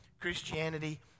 Christianity